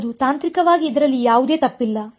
ಹೌದು ತಾಂತ್ರಿಕವಾಗಿ ಇದರಲ್ಲಿ ಯಾವುದೇ ತಪ್ಪಿಲ್ಲ